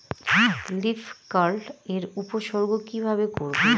Leaf curl এর উপসর্গ কিভাবে করব?